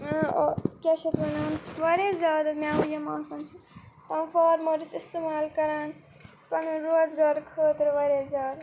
کیٛاہ چھِ اَتھ وَنان واریاہ زیادٕ مٮ۪وٕ یِم آسان چھِ فارمٲرٕس اِستعمال کَران پَنُن روزگار خٲطرٕ واریاہ زیادٕ